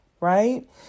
right